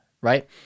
right